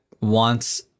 wants